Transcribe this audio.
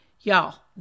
Y'all